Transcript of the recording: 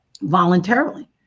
voluntarily